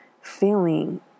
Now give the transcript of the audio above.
feeling